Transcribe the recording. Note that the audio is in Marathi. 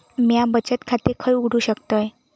म्या बचत खाते खय उघडू शकतय?